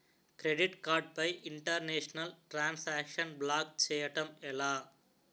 Credit card పై international transaction block చేయటం ఎలా?